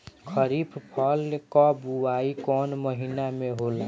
खरीफ फसल क बुवाई कौन महीना में होला?